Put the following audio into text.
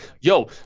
yo